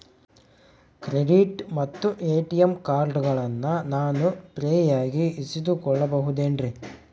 Credit ಮತ್ತ ATM ಕಾರ್ಡಗಳನ್ನ ನಾನು ಫ್ರೇಯಾಗಿ ಇಸಿದುಕೊಳ್ಳಬಹುದೇನ್ರಿ?